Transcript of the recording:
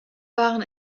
waren